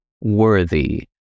worthy